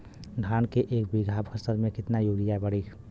धान के एक बिघा फसल मे कितना यूरिया पड़ी?